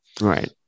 right